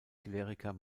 kleriker